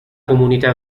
comunità